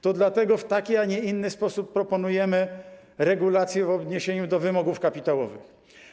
To dlatego w taki, a nie inny sposób proponujemy regulacje w odniesieniu do wymogów kapitałowych.